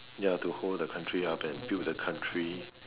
ya to hold the country up and build the country